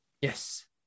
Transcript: Yes